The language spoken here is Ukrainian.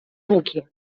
руки